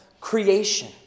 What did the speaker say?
creation